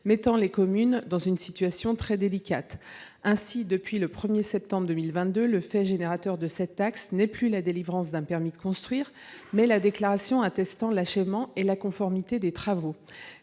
mettant les communes dans une situation très délicate. Ainsi, depuis le 1 septembre 2022, le fait générateur de cette taxe est non plus la délivrance d’un permis de construire, mais la déclaration attestant de l’achèvement et de la conformité des travaux.